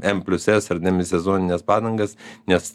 m plius s ar demisezonines padangas nes